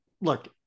look